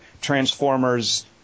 transformers